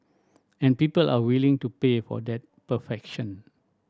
and people are willing to pay for that perfection